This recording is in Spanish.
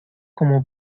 como